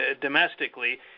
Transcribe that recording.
domestically